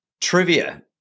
trivia